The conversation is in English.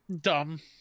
dumb